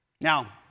Now